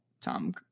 tom